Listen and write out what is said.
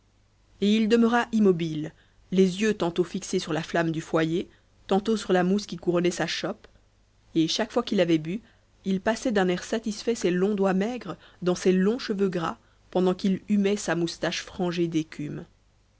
et il demeura immobile les yeux tantôt fixés sur la flamme du foyer tantôt sur la mousse qui couronnait sa chope et chaque fois qu'il avait bu il passait d'un air satisfait ses longs doigts maigres dans ses longs cheveux gras pendant qu'il humait sa moustache frangée d'écume